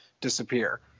disappear